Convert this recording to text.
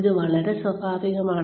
അത് വളരെ സ്വാഭാവികമാണ്